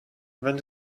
wenn